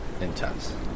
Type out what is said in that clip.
intense